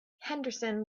henderson